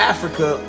Africa